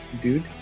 dude